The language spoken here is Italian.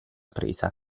presa